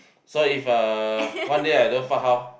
so if uh one day I don't fart how